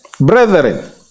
Brethren